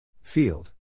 Field